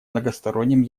многостороннем